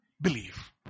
believe